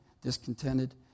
discontented